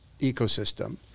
ecosystem